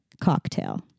Cocktail